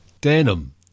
Denim